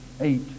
eight